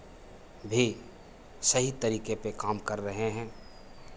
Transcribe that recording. भी सही तरीके पे काम कर रहे हैं